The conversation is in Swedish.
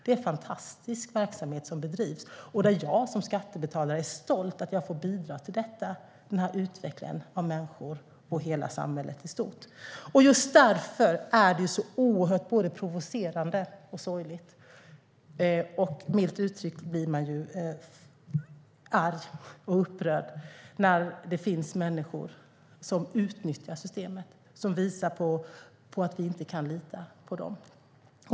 Det är en fantastisk verksamhet som bedrivs. Jag är som skattebetalare stolt över att jag får bidra till detta och den här utvecklingen av människor och hela samhället i stort. Just därför är det oerhört provocerande och sorgligt - man blir, milt uttryckt, arg och upprörd - när det finns människor som utnyttjar systemet och som visar att vi inte kan lita på dem.